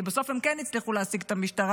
כי בסוף הם כן הצליחו להשיג את המשטרה,